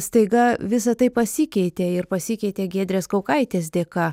staiga visa tai pasikeitė ir pasikeitė giedrės kaukaitės dėka